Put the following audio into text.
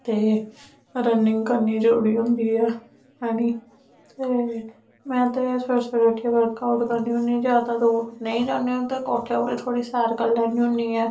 ते रनिंग करनी जरूरी होंदी ऐ निं मे ते सवेरे उट्ठियै वर्कआउट करनी होन्नी ऐ ज्यादा दूर निं जाना होऐ ते कोट्ठे उप्पर गै सैर करी लैन्नी आं